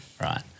Right